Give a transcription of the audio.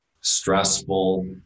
stressful